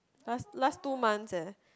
last last two months eh